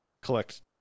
collect